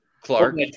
clark